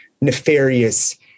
nefarious